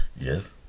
Yes